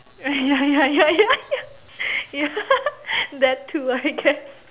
ya ya ya ya ya ya that too I guess